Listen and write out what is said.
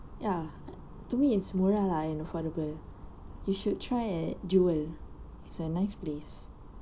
ya to me it's murah lah and affordable you should try at jewel it's a nice place